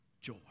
joy